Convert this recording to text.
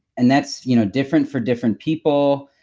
and that's you know different for different people.